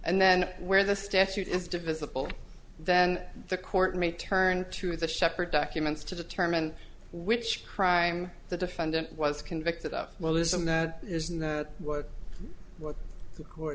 and then where the statute is divisible then the court may turn to the shepherd documents to determine which crime the defendant was convicted of well isn't that isn't that what what the court